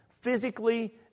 ...physically